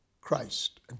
Christ